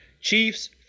Chiefs